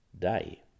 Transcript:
day